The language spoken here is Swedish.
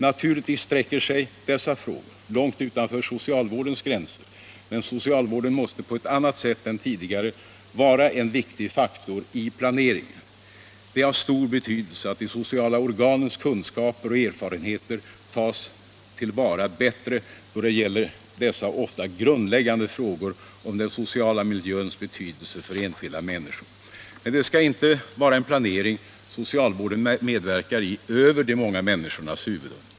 Naturligtvis sträcker sig dessa frågor långt ut över socialvårdens gränser, men socialvården måste på ett annat sätt än tidigare vara en viktig faktor i planeringen. Det är av stor betydelse att de sociala organens kunskaper och erfarenheter tas till vara bättre då det gäller dessa ofta grundläggande frågor om den sociala miljöns betydelse för de enskilda människorna. Men det skall inte vara en planering socialvården medverkar i över de många människornas huvuden.